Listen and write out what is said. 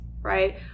Right